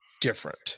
different